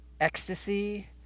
Ecstasy